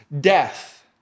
death